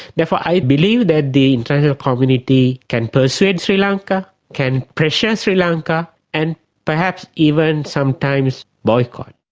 therefore i believe that the international community can persuade sri lanka, can pressure sri lanka and perhaps even sometimes boycott.